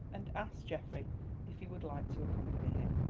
and asked geoffrey if he would like to accompany him.